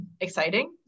exciting